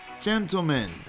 gentlemen